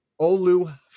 Olu